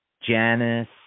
Janice